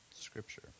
Scripture